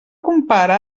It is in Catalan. compare